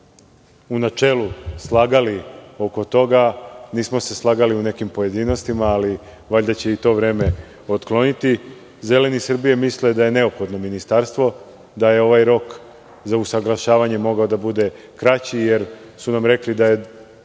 u načelu slagali oko toga. Nismo se slagali u nekim pojedinostima, ali valjda će i to vreme otkloniti. Zeleni Srbije misle da je neophodno ministarstvo. Da je ovaj rok za usaglašavanje mogao da bude kraći, jer su nam rekli da je